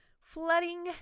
Flooding